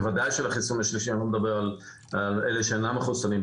בוודאי עם החיסון השלישי אני לא מדבר על אלה שאינם מחסונים,